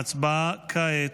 ההצבעה כעת.